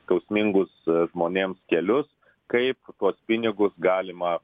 skausmingus žmonėms kelius kaip tuos pinigus galima